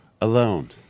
alone